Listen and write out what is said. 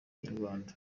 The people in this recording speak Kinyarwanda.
inyarwanda